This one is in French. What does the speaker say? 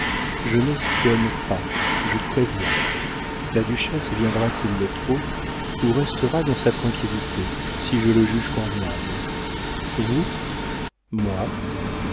je n'espionne pas je prévois la duchesse viendra s'il le faut ou restera dans sa tranquillité si je le juge convenable vous moi